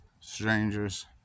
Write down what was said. strangers